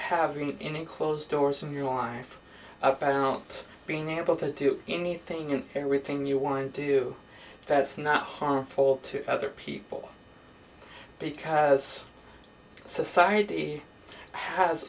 having any closed doors in your life i don't being able to do anything and everything you want to do that's not harmful to other people because society has